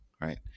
right